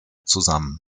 zusammen